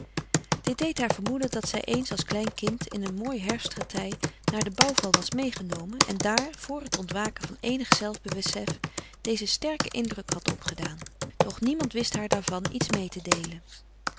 dit deed haar vermoeden dat zij eens als klein kind in een mooi herfstgetij naar den bouwval was meegenomen en daar vr het ontwaken van eenig zelfbesef dezen sterken indruk had opgedaan doch niemand wist haar daarvan iets mee te deelen